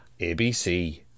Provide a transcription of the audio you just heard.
ABC